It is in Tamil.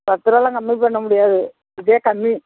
பத்து ரூபாலாம் கம்மி பண்ண முடியாது இதே கம்மி